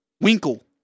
Winkle